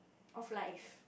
of life